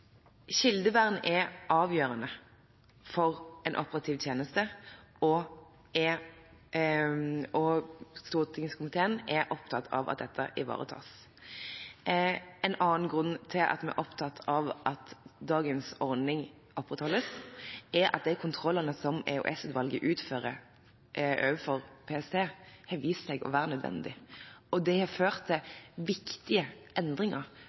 Kildevern er avgjørende for en operativ tjeneste, og komiteen er opptatt av at det ivaretas. En annen grunn til at vi er opptatt av at dagens ordning opprettholdes, er at de kontrollene som EOS-utvalget utfører overfor PST, har vist seg å være nødvendige. De har ført til viktige endringer